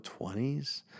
20s